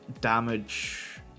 damage